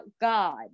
God